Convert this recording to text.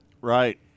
Right